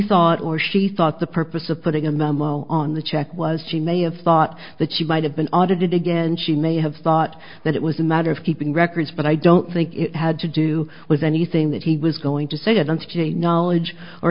thought or she thought the purpose of putting in the mole on the check was she may have thought that she might have been audited again she may have thought that it was a matter of keeping records but i don't think it had to do with anything that he was going to say i don't see a knowledge or